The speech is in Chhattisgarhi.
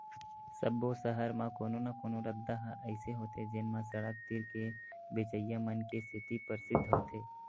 सब्बो सहर म कोनो न कोनो रद्दा ह अइसे होथे जेन म सड़क तीर के बेचइया मन के सेती परसिद्ध होथे